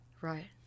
Right